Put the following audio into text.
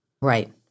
Right